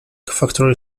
factory